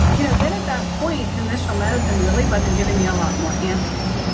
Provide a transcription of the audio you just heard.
you know then, at that point conventional medicine really wasn't giving me a lot more answers.